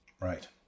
right